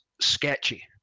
sketchy